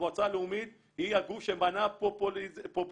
המועצה הלאומית היא הגוף שמנע פה פוליטיקה,